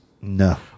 No